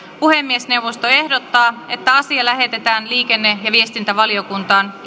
puhemiesneuvosto ehdottaa että asia lähetetään liikenne ja viestintävaliokuntaan